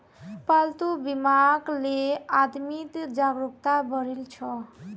पालतू बीमाक ले आदमीत जागरूकता बढ़ील छ